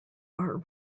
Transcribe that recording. are